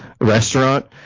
restaurant